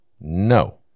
No